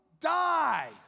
Die